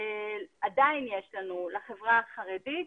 עדיין יש לנו, לחברה החרדית,